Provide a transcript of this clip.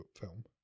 film